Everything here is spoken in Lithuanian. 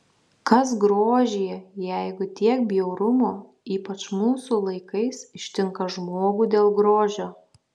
kas grožyje jeigu tiek bjaurumo ypač mūsų laikais ištinka žmogų dėl grožio